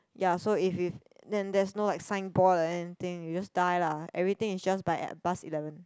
ya so if if then there's no like sign board or anything you just die lah everything is just by bus eleven